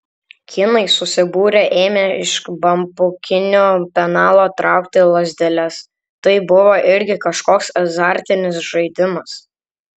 kinai susibūrę ėmė iš bambukinio penalo traukti lazdeles tai buvo irgi kažkoks azartinis žaidimas